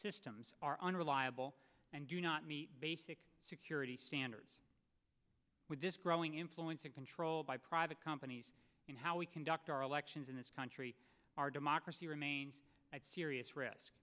systems are unreliable and do not meet basic security standards with this growing influence and control by private companies in how we conduct our elections in this country our democracy at serious risk